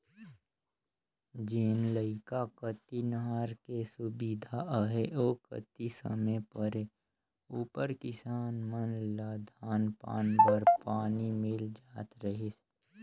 जेन इलाका कती नहर कर सुबिधा अहे ओ कती समे परे उपर किसान मन ल धान पान बर पानी मिल जात रहिस